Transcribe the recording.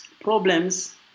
problems